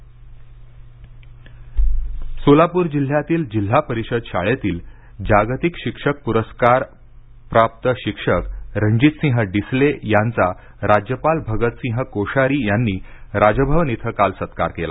डिसले सोलाप्र जिल्ह्यातील जिल्हा परिषद शाळेतील जागतिक शिक्षक प्रस्कारप्राप्त शिक्षक रणजितसिंह डिसले यांचा राज्यपाल भगत सिंह कोश्यारी यांनी राजभवन इथं काल सत्कार केला